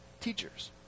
Teachers